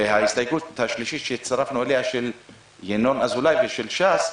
ההסתייגות השלישית היא ההסתייגות של ח"כ ינון אזולאי וש"ס,